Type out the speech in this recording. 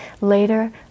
Later